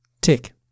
Tick